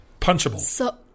Punchable